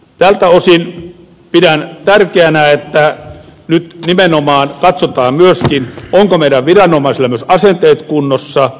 tältä osin pidän tärkeänä että nyt nimenomaan katsotaan myöskin ovatko meidän viranomaisilla myös asenteet kunnossa